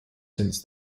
since